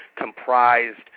comprised